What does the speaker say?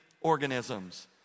organisms